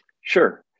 Sure